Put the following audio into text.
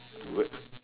good